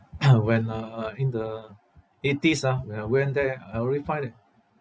when uh in the eighties ah when I went there I really find it